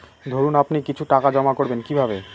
ধরুন আপনি কিছু টাকা জমা করবেন কিভাবে?